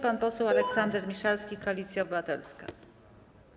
Pan poseł Aleksander Miszalski, Koalicja Obywatelska.